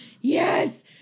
Yes